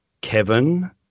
Kevin